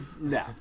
No